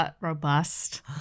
robust